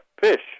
fish